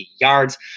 yards